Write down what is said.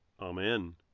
Amen